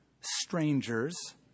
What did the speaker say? strangers